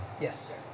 Yes